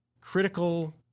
critical